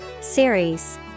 Series